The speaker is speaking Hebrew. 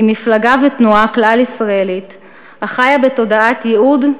היא מפלגה ותנועה כלל-ישראלית החיה בתודעת ייעוד,